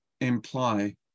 imply